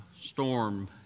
storm